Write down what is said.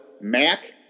Mac